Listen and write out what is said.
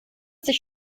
sich